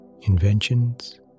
inventions